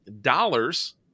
dollars